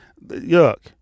Look